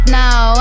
now